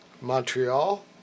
Montreal